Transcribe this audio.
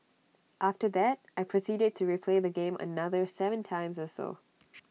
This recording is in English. after that I proceeded to replay the game another Seven times or so